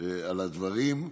על הדברים.